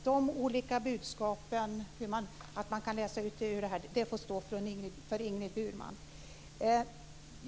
Herr talman! Att man kan läsa ut de olika budskapen får stå för Ingrid Burman.